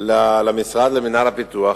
אל המשרד, אל מינהל הפיתוח.